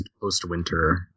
Post-winter